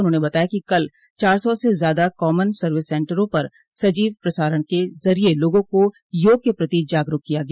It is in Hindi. उन्होंने बताया कि कल चार सौ से ज़्यादा कॉमन सर्विस सेन्टरों पर सजीव प्रसारण के ज़रिये लोगों को योग के प्रति जागरूक किया गया